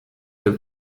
der